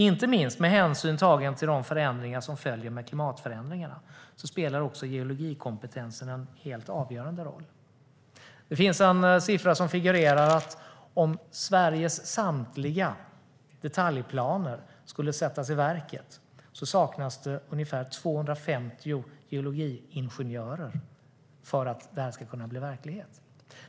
Inte minst med hänsyn tagen till de förändringar som följer med klimatförändringarna spelar geologikompetensen en helt avgörande roll. Det finns en siffra som figurerar att om Sveriges samtliga detaljplaner skulle sättas i verket saknas det ungefär 250 geologiingenjörer för att det ska kunna bli verklighet.